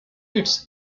its